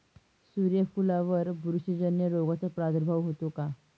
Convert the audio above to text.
सूर्यफुलावर बुरशीजन्य रोगाचा प्रादुर्भाव होतो का?